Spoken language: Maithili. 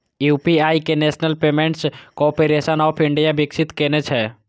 यू.पी.आई कें National Payments Corporation of India विकसित केने छै